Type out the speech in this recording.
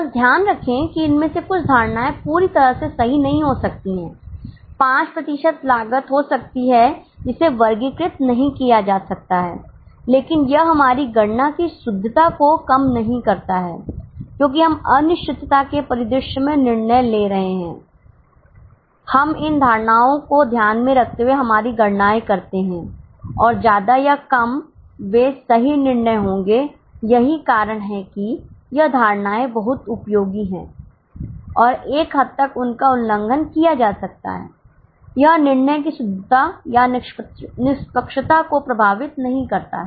बस ध्यान रखें कि इनमें से कुछ धारणाएं पूरी तरह से सही नहीं हो सकती हैं 5 प्रतिशत लागत हो सकती है जिसे वर्गीकृत नहीं किया जा सकता है लेकिन यह हमारी गणना की शुद्धता को कम नहीं करता है क्योंकि हमें अनिश्चितता के परिदृश्य में निर्णय लेना है हम इन धारणाओं को ध्यान में रखते हुए हमारी गणनाए करते हैं और ज्यादा या कम वे सही निर्णय होंगे यही कारण है कि यह धारणाएं बहुत उपयोगी हैं और एक हद तक उनका उल्लंघन किया जा सकता है यह निर्णय की शुद्धता या निष्पक्षता को प्रभावित नहीं करता है